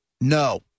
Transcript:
No